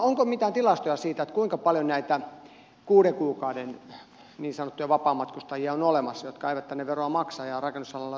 onko mitään tilastoja siitä kuinka paljon näitä kuuden kuukauden niin sanottuja vapaamatkustajia on olemassa jotka eivät tänne veroa maksa ja rakennusalalla työtä tekevät